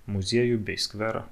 muziejų bei skverą